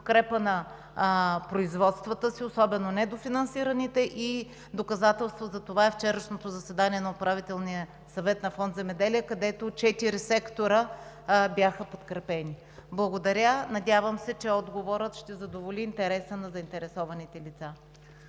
подкрепа на производствата си – особено недофинансираните. Доказателство за това е вчерашното заседание на Управителния съвет на Фонд „Земеделие“, където четири сектора бяха подкрепени. Надявам се, че отговорът ще задоволи интереса на заинтересованите лица.